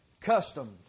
custom